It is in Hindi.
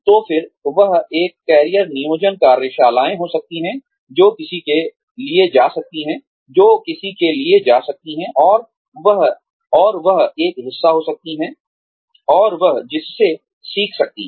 तो फिर वह एक कैरियर नियोजन कार्यशालाएं हो सकती हैं जो किसी के लिए जा सकती हैं और वह एक हिस्सा हो सकती है और वह जिससे सीख सकती है